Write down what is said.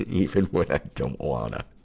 even when i don't wanna.